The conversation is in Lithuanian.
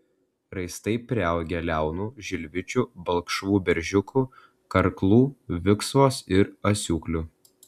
raistai priaugę liaunų žilvičių balkšvų beržiukų karklų viksvos ir asiūklių